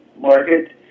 market